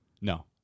No